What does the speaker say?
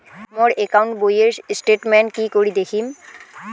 মোর account বইয়ের statement কি করি দেখিম?